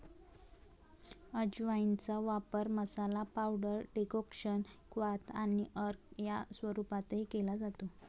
अजवाइनचा वापर मसाला, पावडर, डेकोक्शन, क्वाथ आणि अर्क या स्वरूपातही केला जातो